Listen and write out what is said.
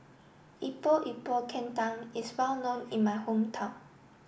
Epok Epok Kentang is well known in my hometown